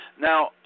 Now